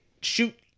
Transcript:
shoot